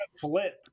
flip